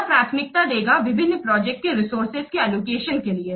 यह प्राथमिकता देगा विभिन्न प्रोजेक्ट के रिसोर्सेज के अलोकेशन के लिए